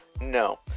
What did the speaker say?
No